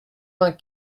vingt